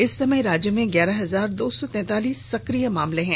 इस समय राज्य में ग्यारह हजार दो सौ तैतालीस सक्रिय मामले हैं